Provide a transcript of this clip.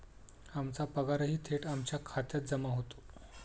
आमचा पगारही थेट आमच्या खात्यात जमा होतो